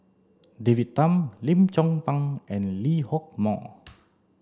David Tham Lim Chong Pang and Lee Hock Moh